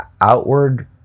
outward